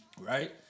Right